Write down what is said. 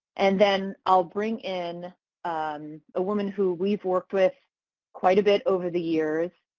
and then i'll bring in a woman who we've worked with quite a bit over the years,